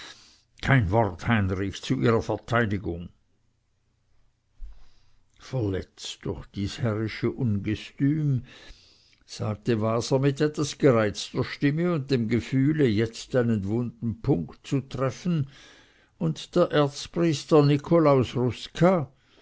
kein wort heinrich zu ihrer verteidigung verletzt durch dies herrische ungestüm sagte waser mit etwas gereizter stimme und dem gefühle jetzt einen wunden punkt zu treffen und der erzpriester